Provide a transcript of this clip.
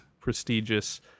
prestigious